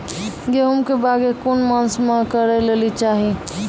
गेहूँमक बौग कून मांस मअ करै लेली चाही?